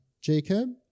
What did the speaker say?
Jacob